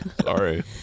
Sorry